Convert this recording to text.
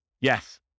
Yes